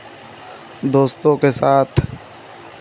दोस्तों के साथ